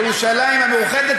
ירושלים המאוחדת,